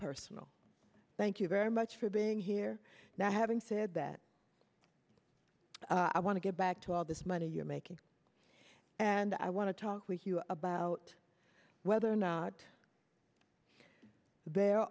personal thank you very much for being here now having said that i want to get back to all this money you're making and i want to talk with you about whether or not there